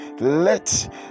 Let